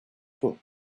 book